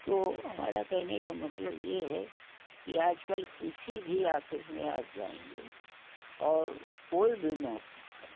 तो हमारा कहने का मतलब ये है कि आज कल किसी भी आफिस में आप जाएँगे और कोई भी महकमा है